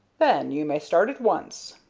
then you may start at once.